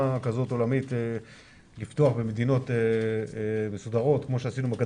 כזאת עולמית לפתוח במדינות מסודרות כמו שעשינו עם הכדורגל.